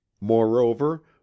moreover